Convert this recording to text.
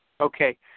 Okay